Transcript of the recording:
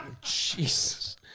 Jesus